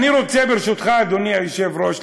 אדוני היושב-ראש,